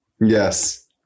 Yes